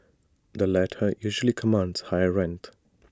the latter usually commands higher rent